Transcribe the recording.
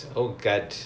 ya